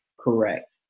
Correct